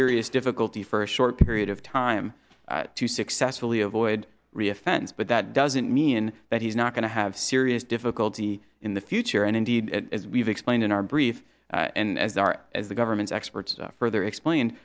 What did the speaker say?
serious difficulty for a short period of time to successfully avoid re offense but that doesn't mean that he's not going to have serious difficulty in the future and indeed as we've explained in our brief and as far as the government's experts further explain